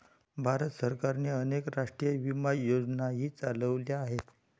भारत सरकारने अनेक राष्ट्रीय विमा योजनाही चालवल्या आहेत